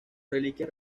reliquias